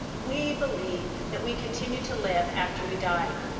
we believe that we continue to live after we die.